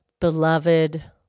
beloved